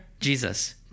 Jesus